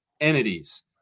entities